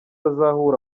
azahura